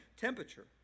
temperature